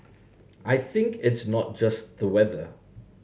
I think it's not just the weather